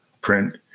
print